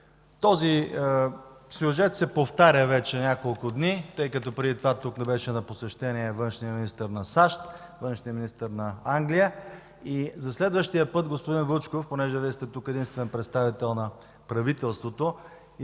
Този сюжет се повтаря вече няколко дни, тъй като преди това тук беше на посещение външният министър на САЩ, външният министър на Англия. За следващия път, господин Вучков – понеже Вие сте единствен представител на правителството